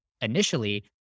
initially